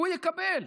הוא יקבל.